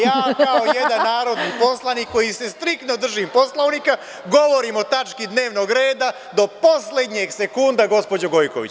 Ja kao narodni poslanik, koji se striktno drži Poslovnika, govorim o tački dnevnog reda do poslednjeg sekunda, gospođo Gojković.